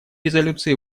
резолюции